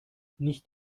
nicht